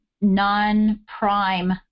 non-prime